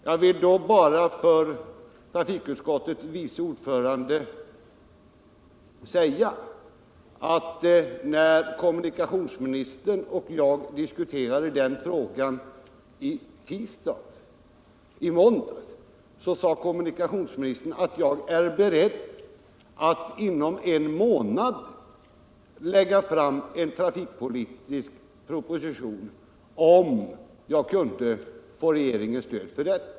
Jag vill då säga till trafikutskottets vice ordförande att när kommunikationsministern och jag i måndags diskuterade frågan sade kommunikationsministern att han var beredd att inom en månad lägga fram en trafikpolitisk proposition, om han kunde få regeringens stöd för detta.